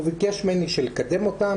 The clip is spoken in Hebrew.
הוא ביקש ממני לקדם אותם.